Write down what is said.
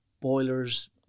boilers